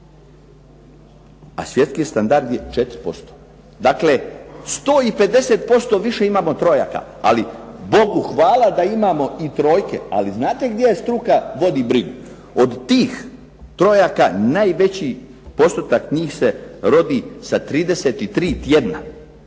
a svjetski standard je 4%. Dakle 150% više imamo trojaka, ali Bogu hvala da imamo i trojke, ali znate gdje struka vodi brigu? Od tih trojaka najveći postotak njih se rodi sa 33 tjedna